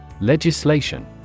Legislation